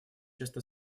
часто